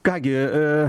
ką gi